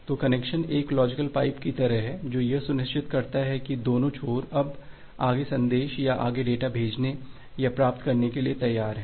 तो कनेक्शन एक logical pipe की तरह है जो यह सुनिश्चित करता है कि दोनों छोर अब आगे संदेश या आगे डेटा भेजने या प्राप्त करने के लिए तैयार हैं